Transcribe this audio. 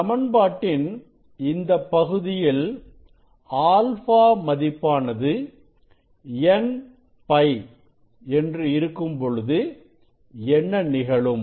சமன்பாட்டின் இந்த பகுதியில் α மதிப்பானது n π என்று இருக்கும்பொழுது என்ன நிகழும்